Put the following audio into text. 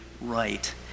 right